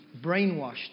brainwashed